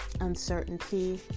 uncertainty